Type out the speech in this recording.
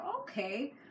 okay